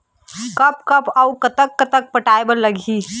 कब कब अऊ कतक कतक पटाए बर लगही